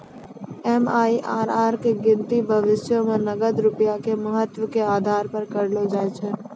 MIRR के गिनती भविष्यो मे नगद रूपया के महत्व के आधार पे करलो जाय छै